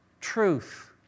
truth